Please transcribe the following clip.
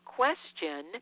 question